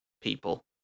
people